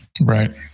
Right